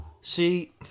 See